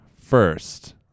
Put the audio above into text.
first